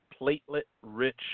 platelet-rich